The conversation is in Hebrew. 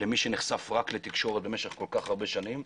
למי שנחשף רק לתקשורת כל כך הרבה שנים,